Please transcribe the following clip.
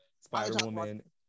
Spider-Woman